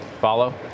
Follow